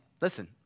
listen